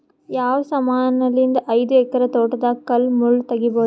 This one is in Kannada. ಯಾವ ಸಮಾನಲಿದ್ದ ಐದು ಎಕರ ತೋಟದಾಗ ಕಲ್ ಮುಳ್ ತಗಿಬೊದ?